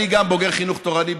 גם אני בוגר חינוך תורני,